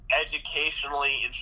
educationally